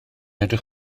edrych